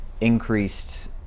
increased